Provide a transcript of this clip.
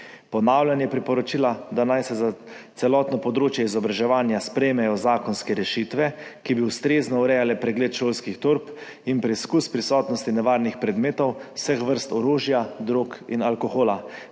Ponavlja se tudi priporočilo, da naj se za celotno področje izobraževanja sprejmejo zakonske rešitve, ki bi ustrezno urejale pregled šolskih torb in preizkus prisotnosti nevarnih predmetov, vseh vrst, orožja, drog in alkohola.